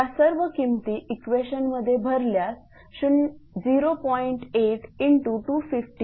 या सर्व किमती इक्वेशनमध्ये भरल्यास 0